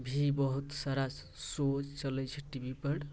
भी बहुत सारा शो चलैत छै टी वी पर